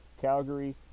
Calgary